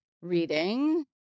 reading